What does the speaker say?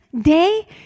day